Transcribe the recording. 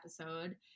episode